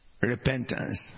Repentance